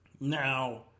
Now